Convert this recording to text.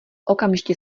okamžitě